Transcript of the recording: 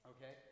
Okay